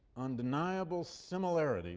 undeniable similarities